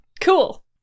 Cool